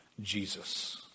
Jesus